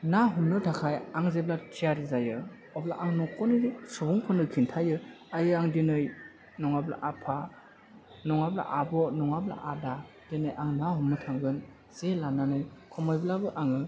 ना हमनो थाखाय आं जेब्ला थियारि जायो अब्ला आं न'खरनि सुबुंफोरनो खोन्थायो आयै आं दिनै नङाब्ला आफा नङाब्ला आब' नङाब्ला आदा दिनै आं ना हमनो थांगोन जे लानानै खमैब्लाबो आङो